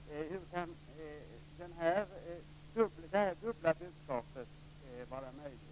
Hur kan det här dubbla budskapet vara möjligt?